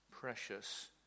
precious